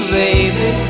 baby